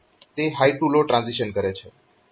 તે high to low transition કરે છે